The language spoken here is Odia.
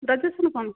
ଗ୍ରାଜୁଏସନ କ'ଣ